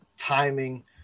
timing